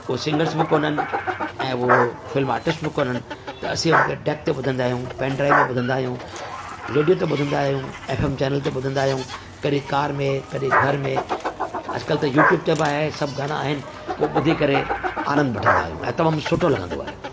उहे सिंगर्स बि कोन्हनि ऐं उहे फिल्म आटिस्ट बि कोन्हनि त असां हुननि खे डैक ते ॿुधंदा आहियूं पैनड्राइव में ॿुधंदा आहियूं रेडियो ते ॿुधंदा आहियूं एफएम चैनल ते ॿुधंदा आहियूं कॾहिं कार में कॾहिं घर में अॼुकल्हि त यूट्यूब ते बि आहे सभु गाना आहिनि उहे ॿुधी आनंद वठंदा आहियूं ऐं तमामु सुठो लॻंदो आहे